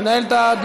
אתה רוצה